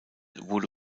wurde